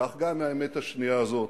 כך גם האמת השנייה הזאת